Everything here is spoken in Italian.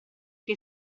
che